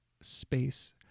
space